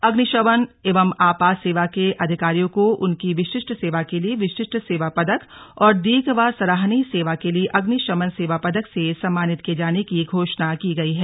अग्निशमन एवं आपात सेवा के अधिकारियों को उनकी विशिष्ट सेवा के लिए विशिष्ट सेवा पदक और दीर्घ व सराहनीय सेवा के लिए अग्निशमन सेवा पदक से सम्मानित किये जाने की घोषणा की गई है